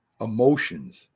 emotions